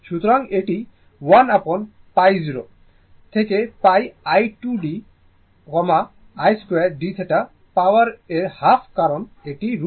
সুতরাং এটি 1 upon π0 থেকে πi2d i2dθ পাওয়ার এর হাফ কারণ এটি 2root